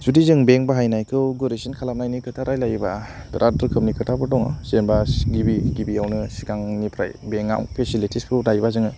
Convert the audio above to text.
जुदि जों बेंक बाहायनायखौ गुरैसिन खालामनायनि खोथा रायज्लायोबा बिराट रोखोमनि खोथाफोर दं जेनेबा गिबि गिबियावनो सिगांनिफ्राय बेंकआव फेसिलिटिसफोर उदायोबा जोङो